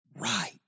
right